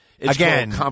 Again